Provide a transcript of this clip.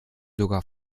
sogar